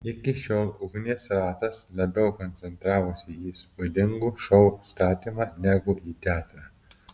iki šiol ugnies ratas labiau koncentravosi į įspūdingų šou statymą negu į teatrą